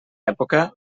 època